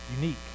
unique